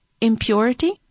impurity